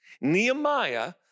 Nehemiah